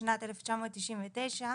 התשנ"ט 1999,